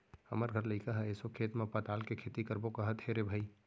हमर घर लइका ह एसो खेत म पताल के खेती करबो कहत हे रे भई